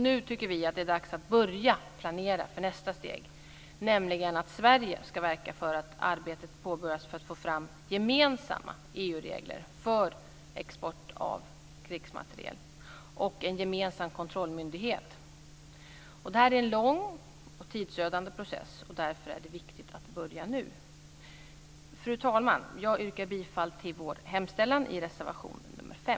Nu tycker vi att det är dags att börja planera för nästa steg, nämligen att Sverige ska verka för att arbetet påbörjas för att få fram gemensamma EU regler för export av krigsmateriel och en gemensam kontrollmyndighet. Detta är en lång och tidsödande process, och därför är det viktigt att börja nu. Fru talman! Jag yrkar bifall till vår hemställan i reservation nr 5.